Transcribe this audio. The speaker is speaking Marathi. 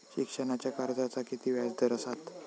शिक्षणाच्या कर्जाचा किती व्याजदर असात?